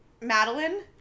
Madeline